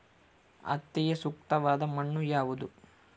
ಹತ್ತಿಗೆ ಸೂಕ್ತವಾದ ಮಣ್ಣು ಯಾವುದು?